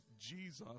Jesus